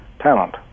talent